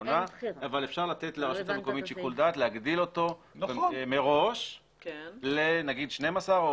שמונה אבל אפשר לתת לרשות המקומית שיקול דעת להגדיל אותו מראש לנגיד 12 או